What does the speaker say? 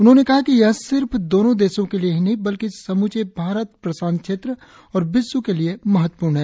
उन्होंने कहा कि यह सिर्फ दोनों देशों के लिए ही नहीं बल्कि समूचे भारत प्रशांत क्षेत्र और विश्व के लिए महत्वपूर्ण है